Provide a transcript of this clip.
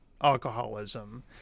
alcoholism